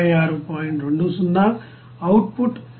20 output 1